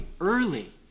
early